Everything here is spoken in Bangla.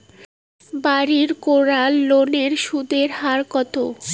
বাড়ির করার লোনের সুদের হার কত?